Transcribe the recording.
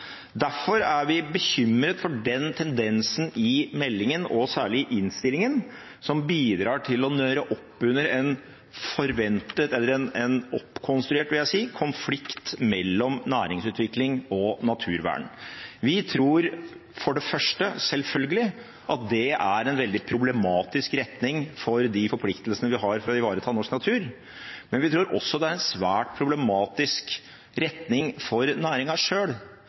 Derfor er vi bekymret for den tendensen i meldingen og særlig i innstillingen, som bidrar til å nøre opp under en forventet – eller en oppkonstruert, vil jeg si – konflikt mellom næringsutvikling og naturvern. Vi tror for det første selvfølgelig at det er en veldig problematisk retning for de forpliktelsene vi har for å ivareta norsk natur, men vi tror også det er en svært problematisk retning for